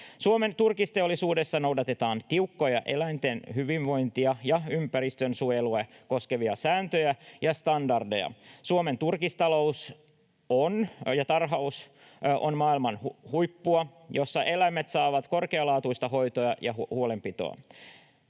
Suomen turkisteollisuudessa noudatetaan tiukkoja eläinten hyvinvointia ja ympäristönsuojelua koskevia sääntöjä ja standardeja. Suomen turkistalous ja -tarhaus on maailman huippua, jossa eläimet saavat korkealaatuista hoitoa ja huolenpitoa.